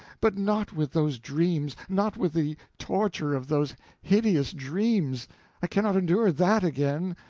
but not with those dreams, not with the torture of those hideous dreams i cannot endure that again.